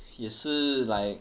也是 like